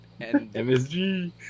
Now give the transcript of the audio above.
MSG